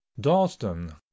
dalston